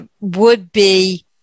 would-be